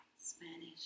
Spanish